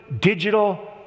digital